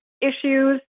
issues